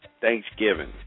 Thanksgiving